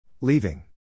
Leaving